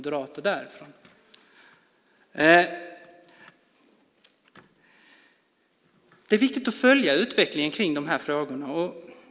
Det är viktigt att följa utvecklingen kring de här frågorna.